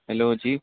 hello جی